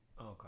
okay